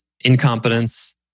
incompetence